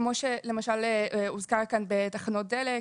כמו שהוזכר כאן, בתחנות דלק.